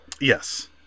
Yes